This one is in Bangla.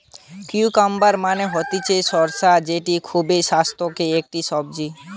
কিউকাম্বার মানে হতিছে শসা যেটা খুবই স্বাস্থ্যকর একটি সবজি